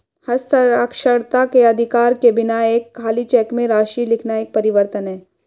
हस्ताक्षरकर्ता के अधिकार के बिना एक खाली चेक में राशि लिखना एक परिवर्तन है